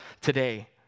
today